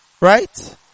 Right